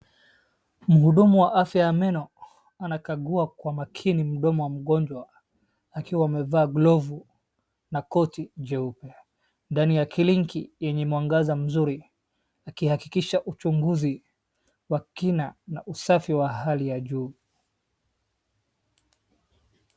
Mhudumu wa afya ya meno anakagua kwa makini mdomo wa mgonjwa akiwa amevaa glovu na koti jeupe ndani ya kliniki yenye mwangaza mzuri. Akihakikisha uchunguzi wa kina na usafi wa hali ya juu.